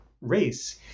race